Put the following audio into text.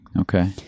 Okay